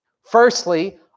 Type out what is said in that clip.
Firstly